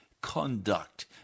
conduct